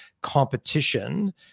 competition